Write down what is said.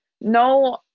no